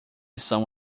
são